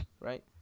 right